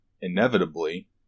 inevitably